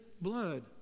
blood